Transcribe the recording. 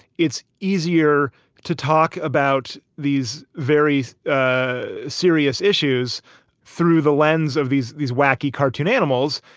it's easier to talk about these very ah serious issues through the lens of these these wacky cartoon animals.